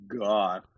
God